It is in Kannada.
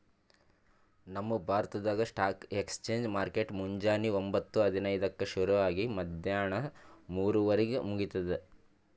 ನಮ್ ಭಾರತ್ದಾಗ್ ಸ್ಟಾಕ್ ಎಕ್ಸ್ಚೇಂಜ್ ಮಾರ್ಕೆಟ್ ಮುಂಜಾನಿ ಒಂಬತ್ತು ಹದಿನೈದಕ್ಕ ಶುರು ಆಗಿ ಮದ್ಯಾಣ ಮೂರುವರಿಗ್ ಮುಗಿತದ್